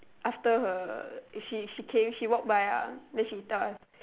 after her she she came she walked by ah then she tell us